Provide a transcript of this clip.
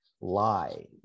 lie